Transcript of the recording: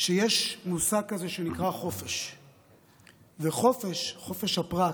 שיש מושג כזה שנקרא חופש, חופש הפרט,